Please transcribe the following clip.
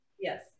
yes